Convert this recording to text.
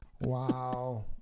Wow